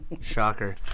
Shocker